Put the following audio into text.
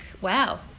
wow